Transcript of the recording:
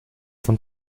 von